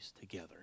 together